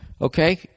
Okay